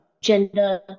gender